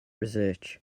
research